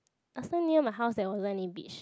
last time near my house there wasn't any beach